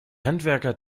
handwerker